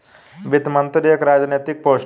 वित्त मंत्री एक राजनैतिक पोस्ट है